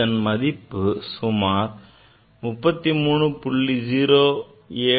இதன் மதிப்பு சுமார் 33